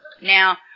Now